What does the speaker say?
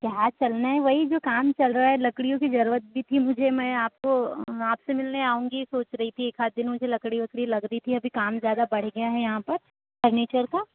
क्या चलना है वही जो काम चल रहा है लकड़ियों की ज़रूरत भी थी मुझे मैं आप को आप से मिलने आऊँगी सोच रही थी एक आध दिन मुझे लकड़ी वकड़ी लग रही थी अभी काम ज़्यादा बढ़ गया है यहाँ पर फर्नीचर का